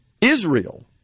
Israel